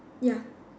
ya